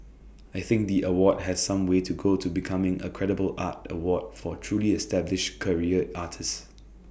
I think the award has some way to go to becoming A credible art award for truly established career artists